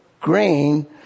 grain